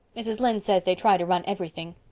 mrs. lynde says they try to run everything.